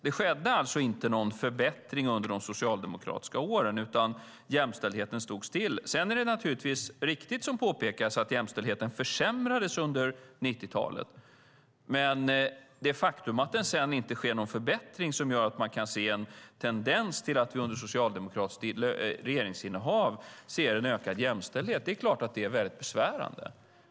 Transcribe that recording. Det skedde ingen förbättring under de socialdemokratiska åren, utan jämställdheten stod stilla. Sedan är det naturligtvis riktigt som påpekats att jämställdheten försämrades under 1990-talet, men det faktum att det sedan inte sker någon förbättring som visar en tendens till ökad jämställdhet under socialdemokratiskt regeringsinnehav är besvärande.